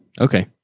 Okay